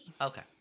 Okay